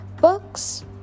books